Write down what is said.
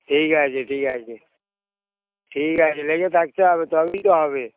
ঠিক আছে ঠিক আছে ঠিক আছে লেগে থাকতে হবে তবেই তো হবে